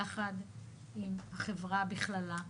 יחד עם החברה בכללה,